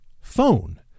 phone